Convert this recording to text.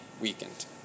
weakened